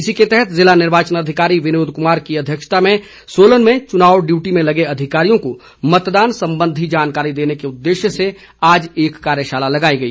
इसी के तहत जिला निर्वाचन अधिकारी विनोद कुमार की अध्यक्षता में सोलन में चुनाव डियूटी में लगे अधिकारियों को मतदान संबंधी जानकारी देने के उद्देश्य से आज एक कार्यशाला लगाई गई